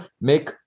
make